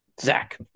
Zach